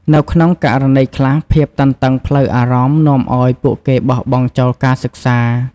នៅក្នុងករណីខ្លះ ភាពតានតឹងផ្លូវអារម្មណ៍នាំឲ្យពួកគេបោះបង់ចោលការសិក្សា។